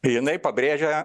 jinai pabrėžia